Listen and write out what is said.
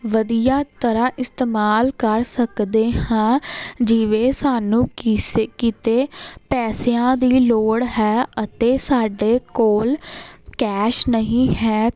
ਵਧੀਆ ਤਰ੍ਹਾਂ ਇਸਤੇਮਾਲ ਕਰ ਸਕਦੇ ਹਾਂ ਜਿਵੇਂ ਸਾਨੂੰ ਕਿਸੇ ਕਿਤੇ ਪੈਸਿਆਂ ਦੀ ਲੋੜ ਹੈ ਅਤੇ ਸਾਡੇ ਕੋਲ਼ ਕੈਸ਼ ਨਹੀਂ ਹੈ